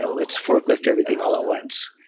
let's forklift everything all at once.